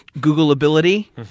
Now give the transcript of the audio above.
Google-ability